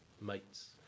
mates